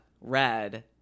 Red